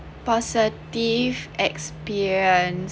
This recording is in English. positive experiences